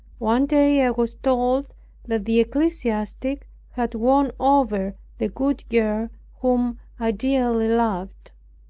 one day i was told that the ecclesiastic had won over the good girl whom i dearly loved.